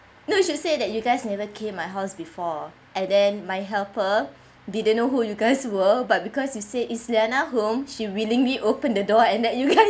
no you should say that you guys never came my house before and then my helper didn't know who you guys were but because you said is liana home she willingly open the door and let you guys